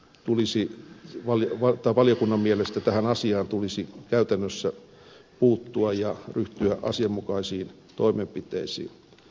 poliisi oli avata valiokunnan mielestä tähän asiaan tulisi käytännössä puuttua ja tulisi ryhtyä asianmukaisiin toimenpiteisiin